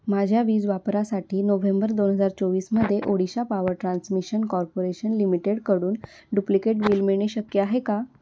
माझ्या वीज वापरासाठी नोव्हेंबर दोन हजार चोवीसमध्ये ओडिशा पाॉवर ट्रान्समिशन कॉर्पोरेशन लिमिटेडकडून डुप्लिकेट बिल मिळणे शक्य आहे का